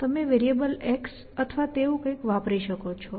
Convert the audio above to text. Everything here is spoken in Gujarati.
તમે વેરિએબલ x અથવા તેવું કંઈક વાપરી શકો છો